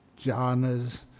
jhanas